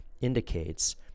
indicates